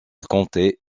comptait